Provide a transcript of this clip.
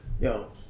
Yo